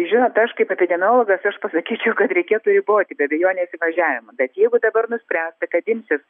žinot aš kaip epidemiologas aš pasakyčiau kad reikėtų riboti be abejonės įvažiavimą bet jeigu dabar nuspręsta kad imsis